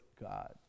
God